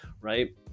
right